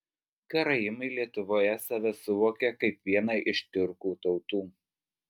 karaimai lietuvoje save suvokia kaip vieną iš tiurkų tautų